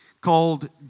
Called